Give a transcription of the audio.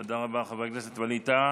תודה רבה, חבר הכנסת ווליד טאהא.